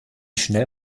schnell